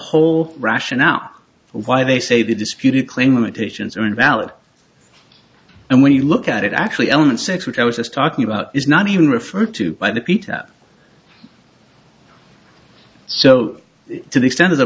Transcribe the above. whole rationale for why they say the disputed claim limitations are invalid and when you look at it actually element six which i was a stalking about is not even referred to by the peta so to the extent of the